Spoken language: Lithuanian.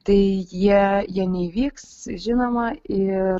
tai jie jie neįvyks žinoma ir